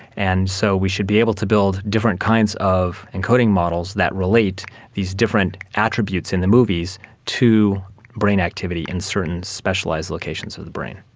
and so we should be able to build different kinds of encoding models that relate these different attributes in the movies to brain activity in certain specialised locations of the brain.